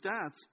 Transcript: stats